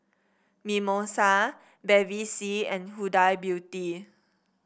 Mimosa Bevy C and Huda Beauty